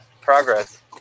progress